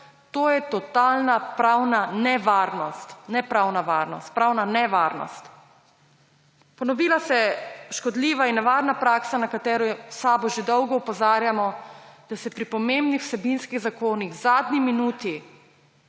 varnost, pravna nevarnost. Ponovila se je škodljiva in nevarna praksa, na katero v SAB že dolgo opozarjamo, da se pri pomembnih vsebinskih zakonih v zadnji minuti